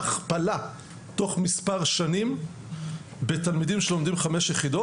הכפלה תוך מספר שנים בתלמידים שלומדים חמש יחידות.